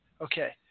Okay